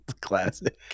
classic